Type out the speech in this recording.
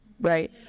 right